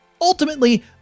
Ultimately